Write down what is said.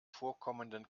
vorkommenden